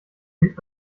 mich